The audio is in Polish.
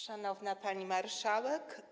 Szanowna Pani Marszałek!